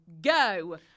Go